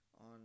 on